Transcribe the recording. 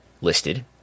listed